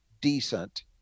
decent